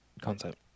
concept